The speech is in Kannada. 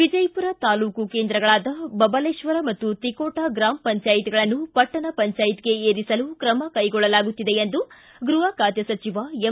ವಿಜಯಪುರದ ತಾಲೂಕು ಕೇಂದ್ರಗಳಾದ ಬಬಲೇಕ್ವರ ಮತ್ತು ತಿಕೋಟಾ ಗ್ರಾಮ ಪಂಚಾಯತಗಳನ್ನು ಪಟ್ಟಣ ಪಂಚಾಯತ್ಗೆ ಏರಿಸಲು ಕ್ರಮ ಕೈಗೊಳ್ಳಲಾಗುತ್ತಿದೆ ಎಂದು ಗೃಹ ಖಾತೆ ಸಚಿವ ಎಂ